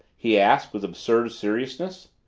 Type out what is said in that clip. he asked with absurd seriousness.